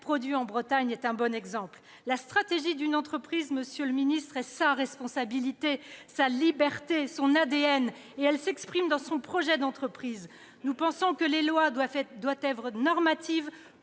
Produit en Bretagne en est un bon exemple. La stratégie d'une entreprise, monsieur le ministre, est sa responsabilité, sa liberté, son ADN, et elle s'exprime dans son projet d'entreprise. Nous pensons que les lois doivent être normatives,